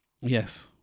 Yes